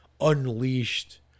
unleashed